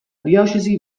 diocesi